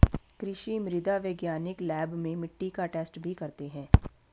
कृषि मृदा वैज्ञानिक लैब में मिट्टी का टैस्ट भी करते हैं